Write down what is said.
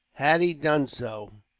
had he done so,